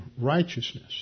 righteousness